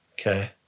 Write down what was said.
okay